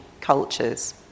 Cultures